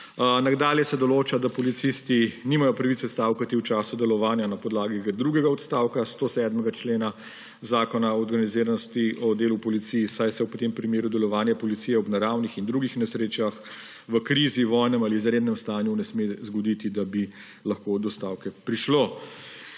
Nadalje se določa, da policisti nimajo pravice stavkati v času delovanja na podlagi drugega odstavka 107. člena Zakona o organiziranosti in delu policije, saj se v tem primeru delovanja policije ob naravnih in drugih nesrečah, v krizi, vojnem ali izrednem stanju ne sme zgoditi, da bi lahko do stavke prišlo.